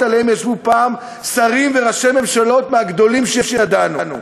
שעליהם ישבו פעם שרים וראשי ממשלות מהגדולים שידענו?